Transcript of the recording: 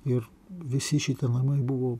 ir visi šitie namai buvo